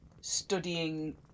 studying